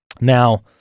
Now